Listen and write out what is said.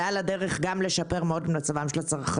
ועל הדרך לשפר מאוד גם את מצבם של הצרכנים.